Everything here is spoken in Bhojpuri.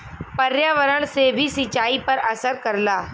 पर्यावरण से भी सिंचाई पर असर करला